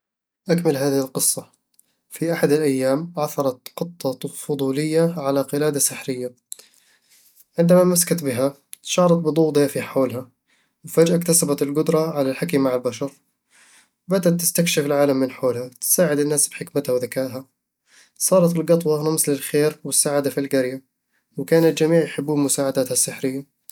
أكمل هذه القصة: في أحد الأيام، عثرت قطة فضولية على قلادة سحرية... عندما أمسكت بها، شعرت بضوء دافي حولها، وفجأة اكتسبت القدرة على الحكي مع البشر بدأت تستكشف العالم من حولها، تساعد الناس بحكمتها وذكائها صارت القطوة رمز للخير والسعادة في القرية، وكان الجميع يحبون مساعداتها السحرية